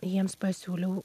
jiems pasiūliau